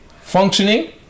functioning